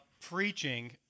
preaching